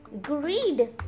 Greed